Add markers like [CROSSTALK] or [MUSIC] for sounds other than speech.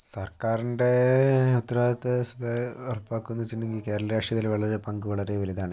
സർക്കാറിൻ്റെ ഉത്തരാവാദിത്ത [UNINTELLIGIBLE] ഉറപ്പാക്കുന്ന വെച്ചിട്ടുണ്ടെങ്കിൽ കേരള രാഷ്ട്രീയത്തില് വളരെ പങ്ക് വളരെ വലുതാണ്